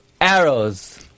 Arrows